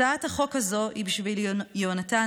הצעת החוק הזאת היא בשביל יהונתן,